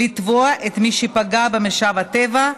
לתבוע את מי שפגע במשאבי הטבע,